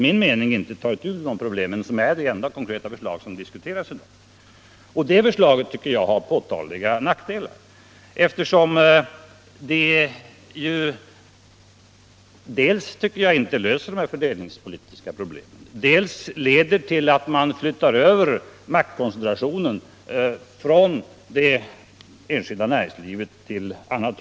Min kritik gäller det enda framlagda förslaget, därför att det dels inte tar itu med fördelningsproblemet, dels leder till att man flyttar maktkoncentrationen från ett ställe till ett annat.